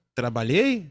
trabalhei